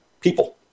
People